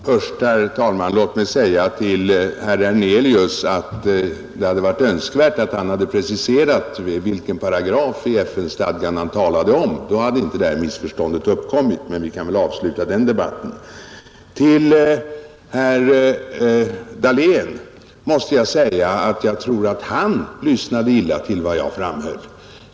Först, herr talman, låt mig säga till herr Hernelius att det hade varit önskvärt att han preciserat vilka paragrafer i FN-stadgan han talade om. Då hade inte missförstånd uppkommit. Men vi kan väl avsluta den debatten. Till herr Dahlén måste jag säga att jag tror han lyssnade illa till vad jag framhöll.